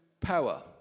power